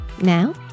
now